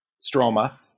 stroma